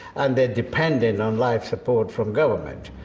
and they depended on life support from government.